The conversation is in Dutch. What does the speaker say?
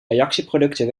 reactieproducten